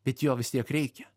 bet jo vis tiek reikia